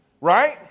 Right